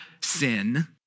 sin